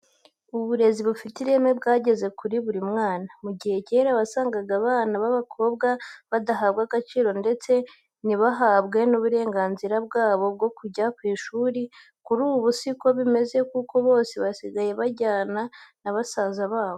Uburezi bufite ireme bwageze kuri buri mwana. Mu gihe kera wasangaga abana b'abakobwa badahabwa agaciro ndetse ntibahabwe n'uburenganzira bwabo bwo kujya ku ishuri, kuri ubu si ko bimeze kuko bose basigaye bajyana na basaza babo.